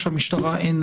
שלמשטרה אין.